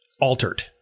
altered